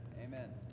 Amen